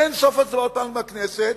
באין-סוף הצבעות כאן בכנסת,